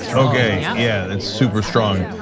so okay, yeah, it's super strong.